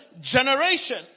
generation